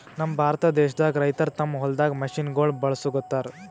ನಮ್ ಭಾರತ ದೇಶದಾಗ್ ರೈತರ್ ತಮ್ಮ್ ಹೊಲ್ದಾಗ್ ಮಷಿನಗೋಳ್ ಬಳಸುಗತ್ತರ್